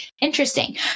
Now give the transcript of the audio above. interesting